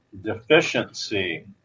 Deficiency